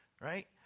right